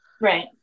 Right